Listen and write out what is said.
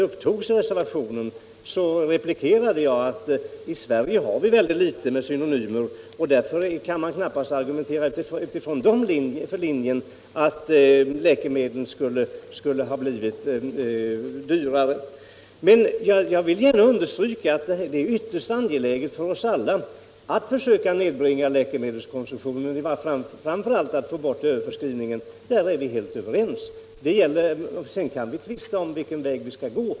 Med anledning därav har jag bara sagt att vi i Sverige har väldigt få synonymer och att man därför knappast kan argumentera på den linjen att dessa fördyrat läkemedlen. Men jag vill gärna understryka att det är ytterst angeläget för oss alla att försöka nedbringa läkemedelskonsumtionen och framför allt att få bort överförskrivningen. Där är vi helt överens. Sedan kan vi tvista om vilken väg vi skall gå.